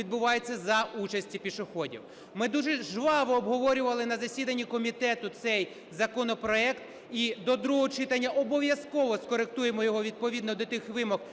відбувається за участі пішоходів. Ми дуже жваво обговорювали на засіданні комітету цей законопроект і до другого читання обов'язково скоректуємо його відповідно до тих вимог